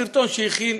הסרטון שהכינה